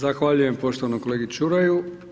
Zahvaljujem poštovanom kolegi Čuraju.